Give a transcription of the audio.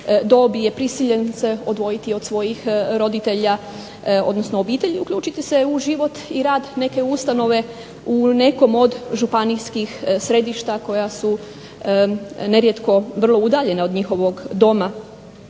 dobi je prisiljen se odvojiti od svojih roditelja, odnosno obitelji i uključiti se u život i rad neke ustanove u nekom od županijskih središta koja su nerijetko vrlo udaljena od njihovog doma.